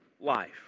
life